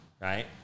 right